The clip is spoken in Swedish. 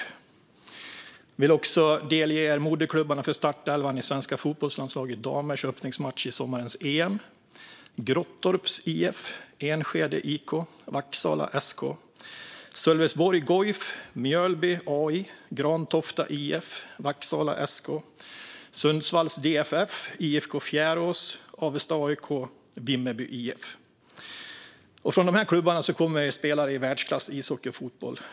Jag vill också delge er moderklubbarna för startelvan i svenska fotbollslandslaget, damernas, öppningsmatch i sommarens EM: Grottorps IF, Enskede IK, Vaksala SK, Sölvesborg GOIF, Mjölby AI, Grantofta IF, Sundsvalls DFF, IFK Fjärås, Avesta AIK och Vimmerby IF. Från de här klubbarna kommer spelare i världsklass i ishockey och fotboll.